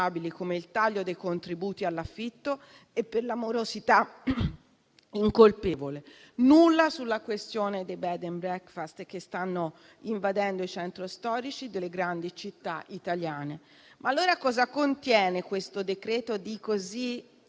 come il taglio dei contributi all'affitto e per la morosità incolpevole; nulla sulla questione dei *bed and breakfast* che stanno invadendo i centri storici delle grandi città italiane. Allora cosa contiene questo decreto-legge di così